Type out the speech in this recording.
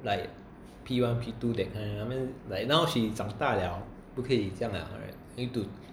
like p one p two that kind I mean like now she's 长大了不可以这样了 need to